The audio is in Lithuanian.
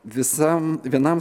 visam vienam